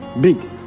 Big